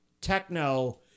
techno